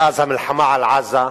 מאז המלחמה על עזה,